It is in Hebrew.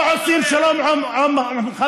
לא עושים שלום עם חברים,